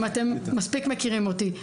אתם מספיק מכירים אותי.